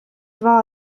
два